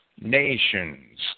nations